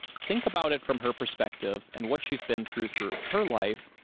think about it from her perspective and what she's been through through her life,